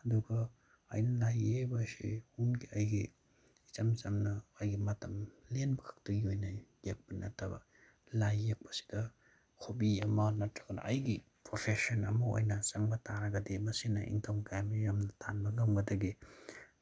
ꯑꯗꯨꯒ ꯑꯩꯅ ꯂꯥꯏ ꯌꯦꯛꯏꯕ ꯑꯁꯤ ꯁꯨꯝ ꯑꯩꯒꯤ ꯏꯆꯝ ꯆꯝꯅ ꯑꯩꯒꯤ ꯃꯇꯝ ꯂꯦꯟꯕꯈꯛꯇꯒꯤ ꯑꯣꯏꯅ ꯌꯦꯛꯄ ꯅꯠꯇꯕ ꯂꯥꯏ ꯌꯦꯛꯄꯁꯤꯗ ꯍꯣꯕꯤ ꯑꯃ ꯅꯠꯇ꯭ꯔꯒꯅ ꯑꯩꯒꯤ ꯄ꯭ꯔꯣꯐꯦꯁꯟ ꯑꯃ ꯑꯣꯏꯅ ꯆꯪꯕ ꯇꯥꯔꯒꯗꯤ ꯃꯁꯤꯅ ꯏꯟꯀꯝ ꯀꯌꯥꯃꯨꯛ ꯌꯥꯝꯅ ꯇꯥꯟꯕ ꯉꯝꯒꯗꯒꯦ